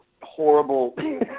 Horrible